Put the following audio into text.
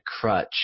crutch